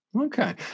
Okay